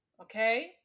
Okay